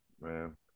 Man